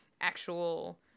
actual